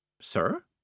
Sir